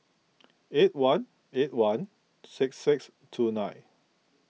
eight one eight one six six two nine